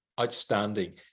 outstanding